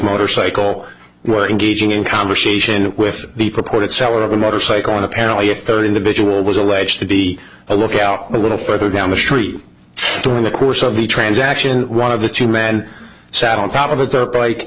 motorcycle were engaging in conversation with the purported seller of a motorcycle and apparently a third individual was alleged to be a lookout a little further down the street during the course of the transaction one of the two men sat on top of the perp like